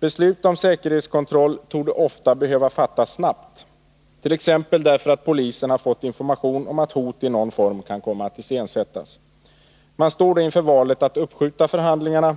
Beslut om säkerhetskontroll torde ofta behöva fattas snabbt, t.ex. därför att polisen har fått information om att hot i någon form kan komma att iscensättas. Man står då inför valet att uppskjuta förhandlingarna